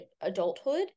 adulthood